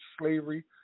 slavery